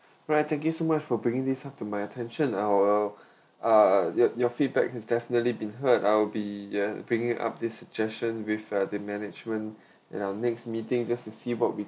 right thank you so much for bringing this up to my attention I'll I'll uh your your feedback has definitely been heard I'll be yeah bringing up this suggestion with uh the management in our next meeting just to see what we